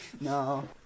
No